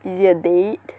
is it a date